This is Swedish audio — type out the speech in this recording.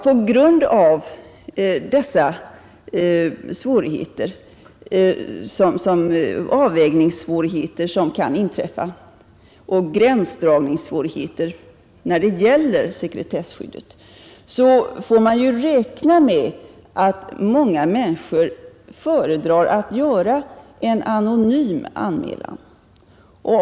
På grund av de avvägningsoch gränsdragningssvårigheter som kan inträffa när det gäller sekretesskyddet får man räkna med att många människor föredrar att göra en anonym anmälan.